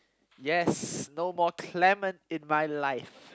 yes no more Clement in my life